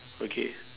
okay